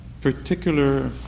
particular